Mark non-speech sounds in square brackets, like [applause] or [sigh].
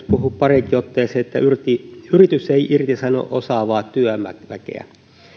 [unintelligible] puhui pariinkin otteeseen että yritys ei irtisano osaavaa työväkeä